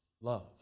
love